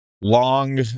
Long